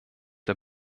der